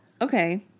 Okay